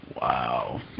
Wow